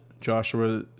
Joshua